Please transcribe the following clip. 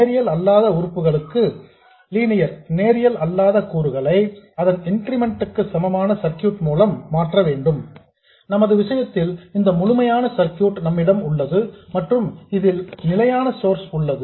நேரியல் அல்லாத உறுப்புகளுக்கு நேரியல் அல்லாத கூறுகளை அதன் இன்கிரிமெண்டல் க்கு சமமான சர்க்யூட் மூலம் மாற்ற வேண்டும் நமது விஷயத்தில் இந்த முழுமையான சர்க்யூட் நம்மிடம் உள்ளது மற்றும் இதில் நிலையான சோர்ஸ் உள்ளது